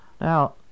Now